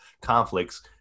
conflicts